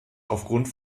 aufgrund